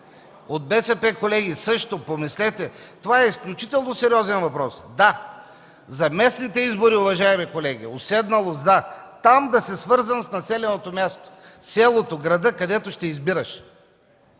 от БСП, също помислете – това е изключително сериозен въпрос. Да, за местните избори, уважаеми колеги, уседналост – да, там да си свързан с населеното място, със селото, с града, където ще избираш.